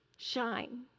Shine